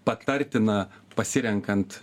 patartina pasirenkant